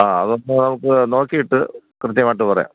ആ അതൊന്ന് നമുക്ക് നോക്കിയിട്ട് കൃത്യമായിട്ട് പറയാം